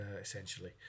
essentially